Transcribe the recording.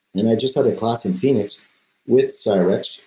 and i just had a class in phoenix with cyrex,